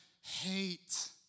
hate